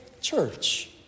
Church